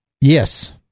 Yes